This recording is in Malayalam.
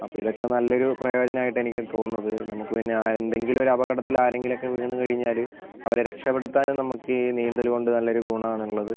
അപ്പോൾ ഇതൊക്കെ നല്ലൊരു പ്രയോജനമായിട്ട് എനിക്ക് തോന്നുന്നത് നമുക്ക് പിന്നെ ആ എന്തെങ്കിലൂമോരു അപകടത്തിൽ ആരെങ്കിലൊക്കെ വീണ് കഴിഞ്ഞാൽ അവരെ രക്ഷപ്പെടുത്താനും നമുക്കീ നീന്തൽ കൊണ്ട് നല്ലൊരു ഗുണമാണുള്ളത്